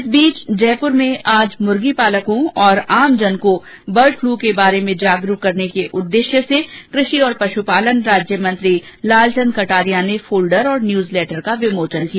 इस बीच जयपुर में आज मुर्गीपालकों और आमजन को बर्ड फ्लू के बारे में जागरूक करने के लिये कृषि और पशुपलन मंत्री लालचन्द कटारिया ने फोल्डर और न्यूज लैटर का विमोचन किया